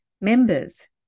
members